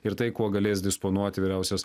ir tai kuo galės disponuoti vyriausias